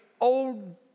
old